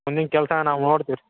ಮುಂದಿನ ಕೆಲಸ ನಾವು ನೋಡ್ತೇವೆ ರಿ